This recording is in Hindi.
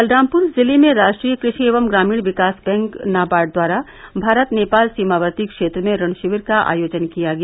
बलरामपुर जिला में राष्ट्रीय कृषि एवं ग्रामीण विकास बैंक नाबार्ड द्वारा भारत नेपाल सीमावर्ती पिछड़े क्षेत्र में ऋण शिविर का आयोजन किया गया